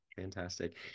fantastic